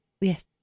Yes